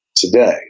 Today